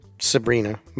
Sabrina